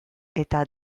eta